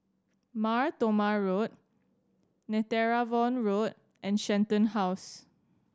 Mar Thoma Road Netheravon Road and Shenton House